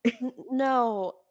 No